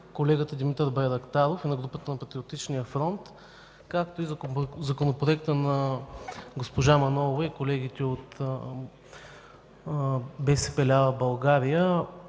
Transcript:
колегата Димитър Байрактаров и на Патриотичния фронт, както и Законопроектът на госпожа Манолова и колегите от БСП лява България,